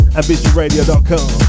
Ambitionradio.com